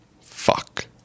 Fuck